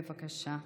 בבקשה.